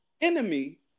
enemy